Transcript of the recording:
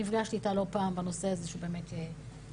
נפגשתי איתה לא פעם בנושא הזה שהוא באמת במהותי,